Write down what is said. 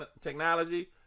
technology